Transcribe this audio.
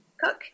cook